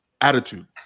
attitude